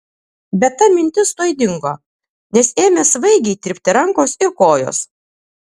bet ta mintis tuoj dingo nes ėmė svaigiai tirpti rankos ir kojos